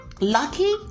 Lucky